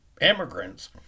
immigrants